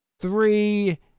Three